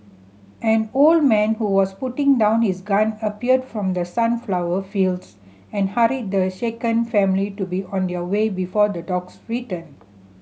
an old man who was putting down his gun appeared from the sunflower fields and hurried the shaken family to be on their way before the dogs return